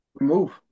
move